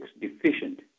deficient